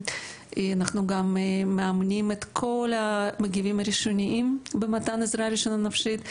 אנחנו גם מאמנים את כל המגיבים הראשוניים במתן עזרה ראשונה נפשית.